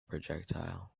projectile